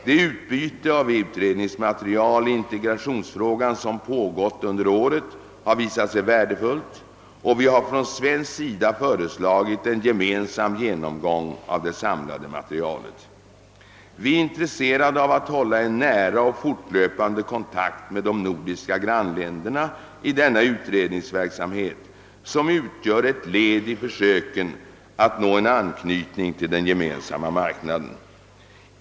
Det utbyte av utredningsmaterial i integrationsfrågan som pågått under året har visat sig värdefullt och vi har från svensk sida föreslagit en gemensam genomgång av det samlade materialet. Vi är intresserade av att hålla en nära och fortlöpande kontakt med de nordiska grannländerna i denna utredningsverksamhet som utgör ett led i försöken att nå en anknytning till den gemensamma marknaden.